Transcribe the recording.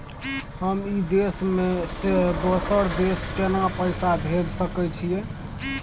हम ई देश से दोसर देश केना पैसा भेज सके छिए?